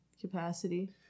capacity